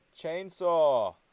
Chainsaw